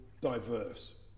diverse